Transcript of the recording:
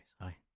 hi